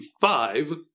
five